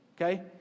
okay